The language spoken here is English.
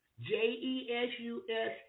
J-E-S-U-S